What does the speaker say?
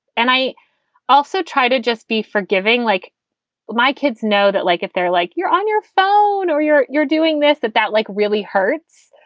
and i also try to just be forgiving like my kids know that, like if they're like you're on your phone or you're you're doing this, that that like really hurts.